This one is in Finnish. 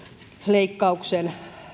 leikkauksen